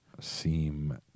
seem